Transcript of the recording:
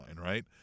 Right